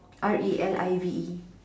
R E L I V E